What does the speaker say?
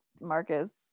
Marcus